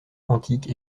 antique